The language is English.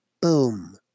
boom